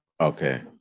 okay